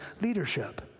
leadership